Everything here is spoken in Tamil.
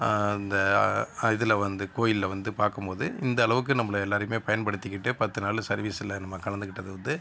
அந்த இதில் வந்து கோயில்ல வந்து பார்க்கும்போது இந்தளவுக்கு நம்மளை எல்லாரையுமே பயன்படுத்திக்கிட்டு பத்து நாள்ல சர்வீஸ்ல நம்ம கலந்துக்கிட்டது வந்து